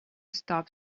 stop